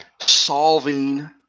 solving